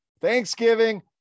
Thanksgiving